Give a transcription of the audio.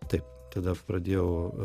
taip tada pradėjau